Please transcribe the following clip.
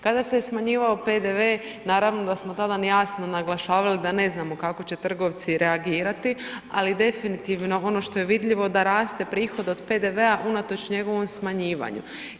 Kada se smanjivao PDV naravno da smo tada jasno naglašavali da ne znamo kako će trgovci reagirati ali definitivno ono što je vidljivo da raste prihod od PDV-a unatoč njegovom smanjivanju.